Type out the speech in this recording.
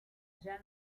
già